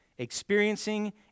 experiencing